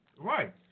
Right